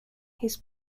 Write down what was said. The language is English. his